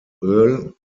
earl